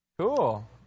Cool